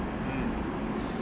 um